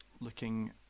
looking